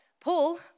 Paul